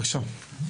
בבקשה.